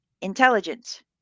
intelligence